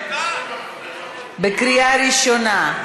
בקריאה ראשונה.